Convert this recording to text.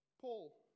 Paul